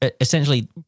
essentially